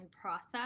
process